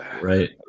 Right